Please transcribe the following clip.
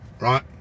right